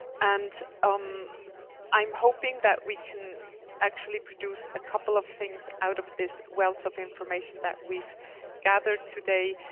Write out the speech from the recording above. and um i'm hoping that we can actually produce a couple of things out of this wealth of information that we've gathered today.